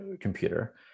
computer